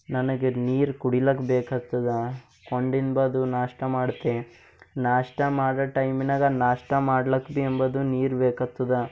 ನನಗೆ ನೀರು ಕುಡಿಲಕ್ಕ ಬೇಕ್ಹತ್ತದ ಹೊಂಡಿನ ಬಾದು ನಾಷ್ಟ ಮಾಡ್ತೆ ನಾಷ್ಟ ಮಾಡೋ ಟೈಮಿನಾಗ ನಾಷ್ಟ ಮಾಡ್ಲಕ್ಕ ಭಿ ಅಂಬದು ನೀರು ಬೇಕ್ಹತ್ತದ